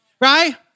right